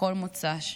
בכל מוצ"ש,